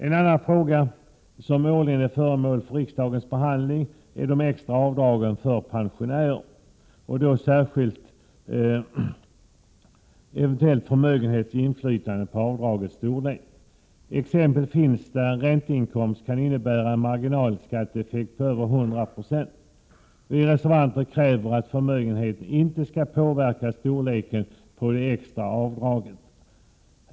En annan fråga som årligen är föremål för riksdagens behandling är de extra avdragen för pensionärer och då särskilt eventuell förmögenhets inflytande på avdragets storlek. Exempel finns där en ränteinkomst kan innebära en marginalskatteeffekt på över 100 96. Vi reservanter kräver att förmögenheten inte skall påverka storleken på det extra avdraget.